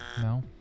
No